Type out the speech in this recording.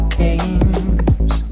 games